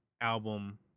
album